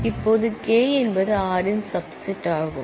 இப்போது K என்பது R இன் சப் செட் ஆகும்